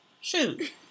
Shoot